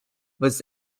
was